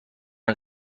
een